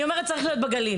אני אומרת צריך להיות בגליל.